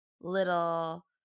little